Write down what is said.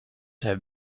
have